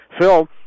Phil